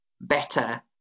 better